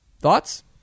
Thoughts